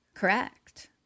Correct